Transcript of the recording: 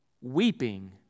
weeping